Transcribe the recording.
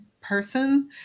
person